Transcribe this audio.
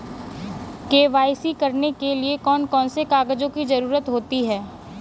KYC करने के लिए कौन कौन से कागजों की जरूरत होती है?